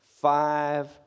five